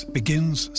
begins